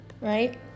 right